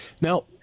Now